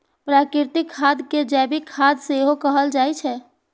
प्राकृतिक खाद कें जैविक खाद सेहो कहल जाइ छै